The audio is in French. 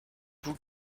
vous